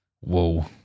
whoa